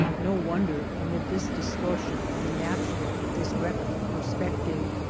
no wonder amid this distortion of the natural, this wreck of perspective,